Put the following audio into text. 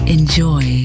Enjoy